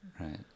right